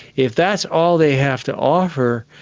if that's all they have to offer,